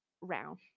round